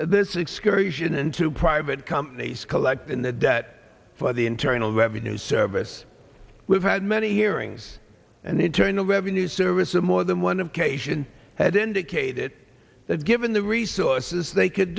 this excursion into private companies collect in the debt for the internal revenue service we've had many hearings and the internal revenue service of more than one occasion had indicated that given the resources they could